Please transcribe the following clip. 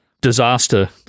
disaster